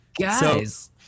guys